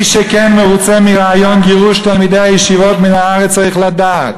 מרוצה מרעיון גירוש תלמידי הישיבות מן הארץ צריך לדעת